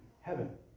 heaven